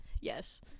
Yes